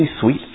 sweet